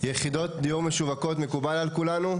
יחידות דיור משווקות, מקובל על כולנו?